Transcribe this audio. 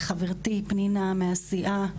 חברתי פנינה מהסיעה,